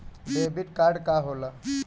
Debit card का होला?